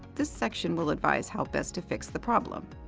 this section will advise how best to fix the problem.